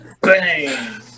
Bang